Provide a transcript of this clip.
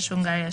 הונגריה,